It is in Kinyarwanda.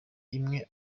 imwe